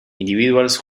individuals